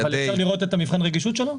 אבל אפשר לראות את מבחן הרגישות שלו?